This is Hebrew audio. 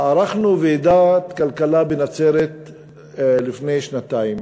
ערכנו ועידת כלכלה בנצרת לפני שנתיים,